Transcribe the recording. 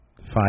five